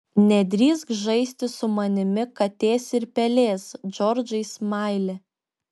nedrįsk žaisti su manimi katės ir pelės džordžai smaili